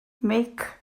mhic